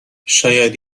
شاید